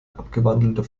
abgewandelter